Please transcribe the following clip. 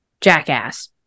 jackass